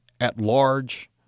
at-large